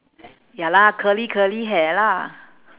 ya lah curly curly hair lah